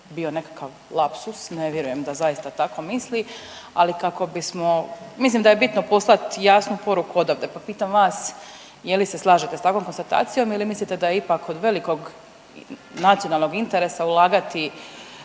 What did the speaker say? bio nekakav lapsus. Ne vjerujem da zaista tako misli, ali kako bismo, mislim da je bitno poslati jasnu poruku odavde, pa pitam vas je li se slažete sa takvom konstatacijom ili mislite da je ipak od velikog nacionalnog interesa ulagati